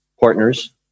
partners